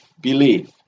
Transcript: Believe